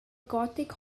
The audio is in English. gothic